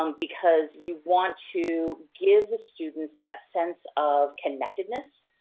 um because, you want to give the students that sense of connectedness,